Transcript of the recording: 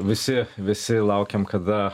visi visi laukiam kada